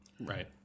Right